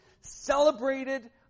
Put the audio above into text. celebrated